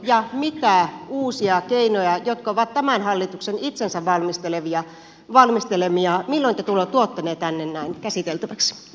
mitä sellaisia uusia keinoja on jotka ovat tämän hallituksen itsensä valmistelemia ja milloin te tuotte ne tänne käsiteltäväksi